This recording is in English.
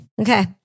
Okay